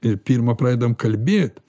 ir pirma pradedam kalbėt